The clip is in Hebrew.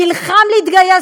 נלחם להתגייס,